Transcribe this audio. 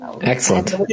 Excellent